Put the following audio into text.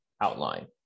outline